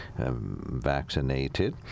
vaccinated